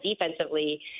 defensively